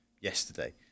yesterday